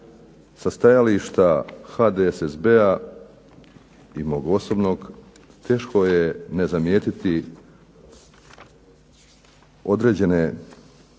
sa stajališta HDSSB-a i mog osobnog teško je ne zamijetiti određene